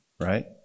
right